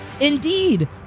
indeed